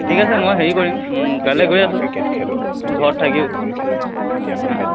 ঠিক আছে মই হেৰি কৰিম কাইলৈ গৈ আছোঁ ঘৰত থাকিব